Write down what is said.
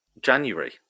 January